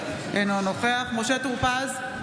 אינו נוכח משה טור פז,